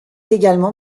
également